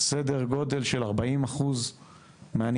סדר גודל של 40% מהנכנסים